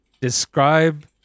Describe